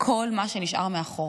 כל מה שנשאר מאחור.